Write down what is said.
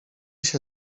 się